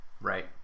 Right